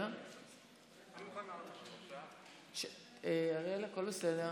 אני מוכן לעלות, אריאל, הכול בסדר,